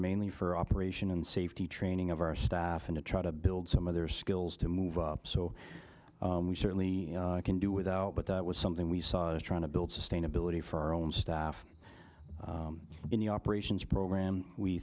mainly for operation and safety training of our staff and to try to build some of their skills to move up so we certainly can do without but that was something we saw as trying to build sustainability for our own staff in the operations programme we